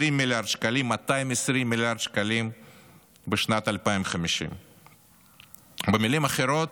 מיליארד שקלים בשנת 2050. במילים אחרות,